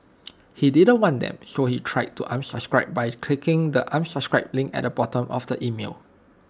he didn't want them so he tried to unsubscribe by clicking the unsubscribe link at the bottom of the email